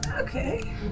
Okay